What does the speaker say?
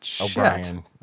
O'Brien